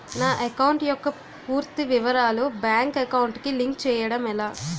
నా అకౌంట్ యెక్క పూర్తి వివరాలు బ్యాంక్ అకౌంట్ కి లింక్ చేయడం ఎలా?